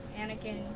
Anakin